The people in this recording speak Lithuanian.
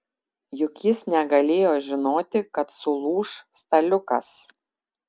juk jis negalėjo žinoti kad sulūš staliukas